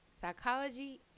psychology